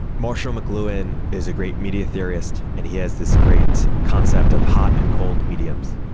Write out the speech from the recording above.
marshall mcluhan is a great media theorist and he has this great concept of hot and cold mediums,